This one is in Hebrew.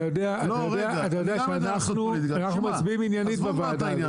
אתה יודע שאנחנו מצביעים עניינית בוועדה הזאת.